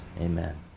Amen